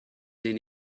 den